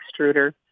extruder